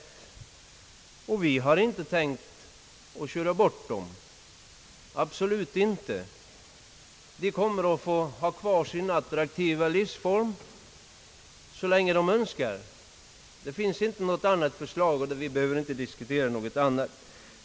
Vi har inte tänkt köra bort dem, absolut inte! De kommer att få ha kvar sin attraktiva livsform så länge de önskar. Det finns inte något annat förslag, så den saken behöver vi inte diskutera.